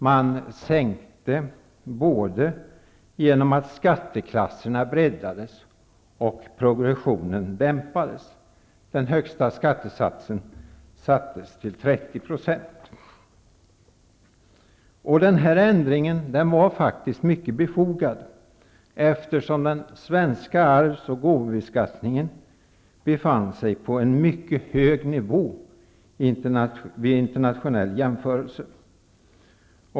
Man sänkte både genom att skatteklasserna breddades och progressionen dämpades. Den högsta skattesatsen sattes till 30 %. Ändringen var mycket befogad, eftersom den svenska arvs och gåvobeskattningen befann sig på en mycket hög nivå vid internationell jämförelse.